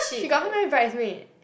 she got how many bridesmaid